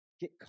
get